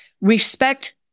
respect